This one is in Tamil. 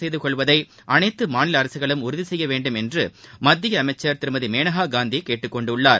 செய்தகொள்வதை அனைத்து மாநில அரக்களும் உறுதி செய்ய வேண்டும் என்று மத்திய அமைச்சர் திருமதி மேனகா காந்தி கேட்டுக் கொண்டுள்ளார்